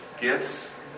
gifts